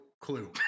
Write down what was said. clue